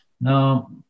Now